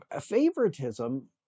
favoritism